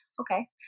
okay